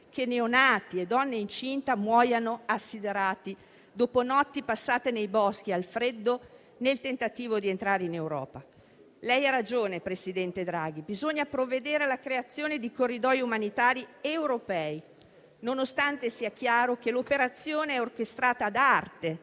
che neonati e donne incinte muoiano assiderati dopo notti passate nei boschi, al freddo, nel tentativo di entrare in Europa. Lei ha ragione, presidente Draghi, bisogna provvedere alla creazione di corridoi umanitari europei, nonostante sia chiaro che l'operazione è orchestrata ad arte